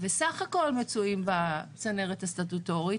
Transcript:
וסה"כ מצויים בצנרת הסטטוטורית,